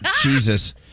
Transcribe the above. Jesus